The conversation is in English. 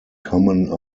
common